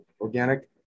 organic